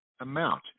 amount